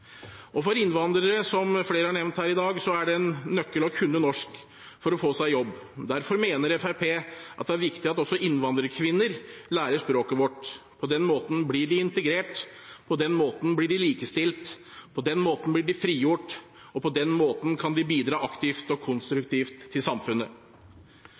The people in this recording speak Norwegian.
Og for innvandrere, som flere har nevnt her i dag, er det en nøkkel å kunne norsk for å få seg jobb. Derfor mener Fremskrittspartiet at det er viktig at også innvandrerkvinner lærer språket vårt. På den måten blir de integrert, på den måten blir de likestilt, på den måten blir de frigjort, og på den måten kan de bidra aktivt og konstruktivt til samfunnet.